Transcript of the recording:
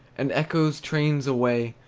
and echoes, trains away,